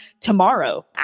tomorrow